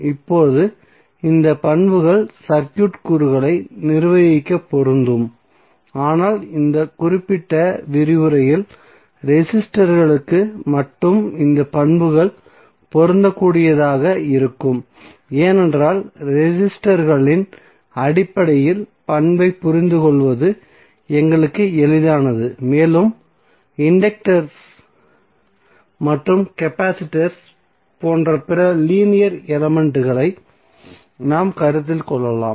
இப்போது இந்த பண்புகள் சர்க்யூட் கூறுகளை நிர்வகிக்க பொருந்தும் ஆனால் இந்த குறிப்பிட்ட விரிவுரையில் ரெசிஸ்டர்களுக்கு மட்டுமே இந்த பண்புகள் பொருந்தக்கூடியதாக இருக்கும் ஏனென்றால் ரெசிஸ்டர்களின் அடிப்படையில் பண்பை புரிந்துகொள்வது எங்களுக்கு எளிதானது மேலும் இண்டக்டர்ஸ் மற்றும் கபாசிட்டர்ஸ் போன்ற பிற லீனியர் எலமென்ட்களை நாம் கருத்தில் கொள்ளலாம்